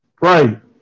Right